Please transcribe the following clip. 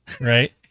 Right